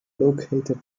located